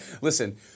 Listen